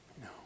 No